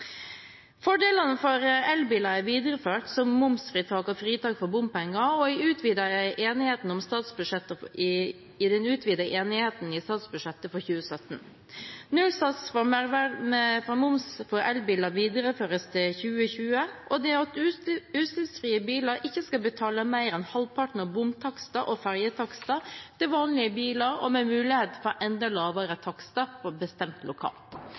Fordelene for elbiler, som momsfritak og fritak for bompenger, er videreført i den utvidede enigheten om statsbudsjett for 2017. Nullsats for moms for elbiler videreføres til 2020, og utslippsfrie biler skal ikke betale mer enn halvparten av bomtakster og ferjetakster for vanlige biler og ha mulighet for at enda lavere takster kan bestemmes lokalt.